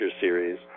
series